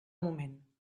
moment